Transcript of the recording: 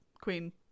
queen